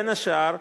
בין השאר,